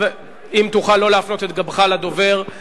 אם תוכל לא להפנות את גבך לדובר,